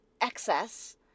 excess